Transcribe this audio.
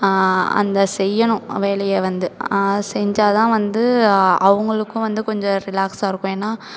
அந்த செய்யணும் வேலையை வந்து செஞ்சால் தான் வந்து அவங்களுக்கும் வந்து கொஞ்சம் ரிலாக்ஸாக இருக்கும் ஏன்னா